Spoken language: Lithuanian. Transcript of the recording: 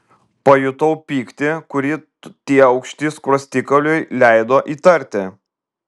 pajutau pyktį kurį tie aukšti skruostikauliai leido įtarti